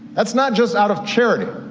that's not just out of charity,